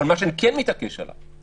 אבל מה שאני כן מתעקש עליו,